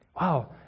wow